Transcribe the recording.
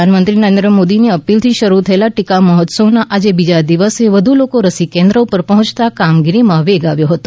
પ્રધાનમંત્રી નરેન્દ્ર મોદીની અપીલ થી શરૂ થયેલા ટીકા મહોત્સવ ના આજે બીજા દિવસે વધુ લોકો રસી કેન્દ્ર ઉપર પહોંચતા કામગીરીમાં વેગ આવ્યો હતો